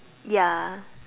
ya